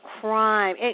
crime